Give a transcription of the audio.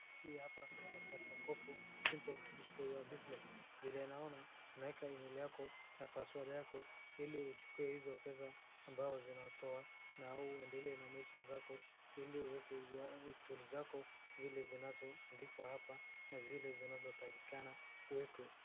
Hii hapa naona kopokopo simple tools for your bussiness ,vile naona, unaeka email yako, na password yako, ili uchukue izo pesa ambazo zinatoa, nauendelee na maisha zako, ili ueke tools zako, zile zinazo andikwa hapa, na zile zinazo takikana ueke.